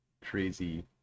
crazy